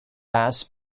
bas